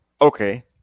Okay